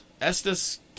Estes